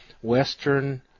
Western